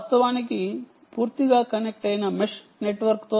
వాస్తవానికి పూర్తిగా కనెక్ట్ అయిన మెష్ నెట్వర్క్ 4